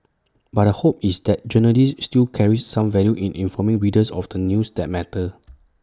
but the hope is that journalism still carries some value in informing readers of the news that matter